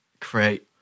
create